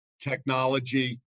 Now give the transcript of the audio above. technology